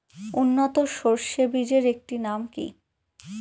উন্নত সরষে বীজের একটি নাম কি?